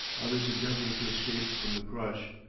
others endeavoring to escape from the crush.